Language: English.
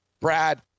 brad